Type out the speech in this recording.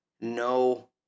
no